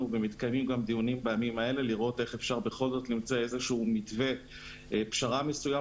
ומתקיימים דיונים גם בימים האלו על מנת למצוא מתווה פשרה מסוים